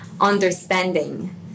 understanding